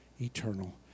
eternal